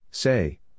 Say